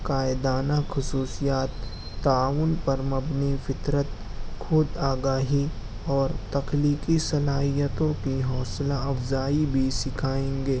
قاعدانہ خصوصیات تعاون پر مبنی فطرت خودآگاہی اور تخلیقی صلاحیتوں کی حوصلہ افزائی بھی سکھائیں گے